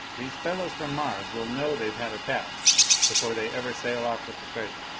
these fellows from mars will know they've had a task before they ever sail off with the treasure.